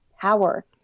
power